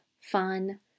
fun